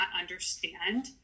understand